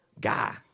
guy